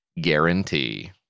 guarantee